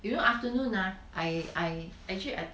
you know afternoon ah I I actually I